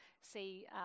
see